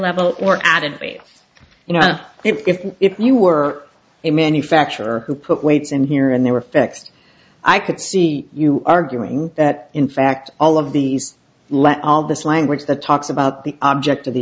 level or added you know if if you were a manufacturer who put weights in here and they were fixed i could see you arguing that in fact all of these let all this language that talks about the object of the